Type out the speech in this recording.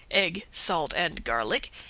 egg, salt and garlic,